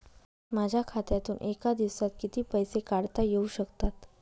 माझ्या खात्यातून एका दिवसात किती पैसे काढता येऊ शकतात?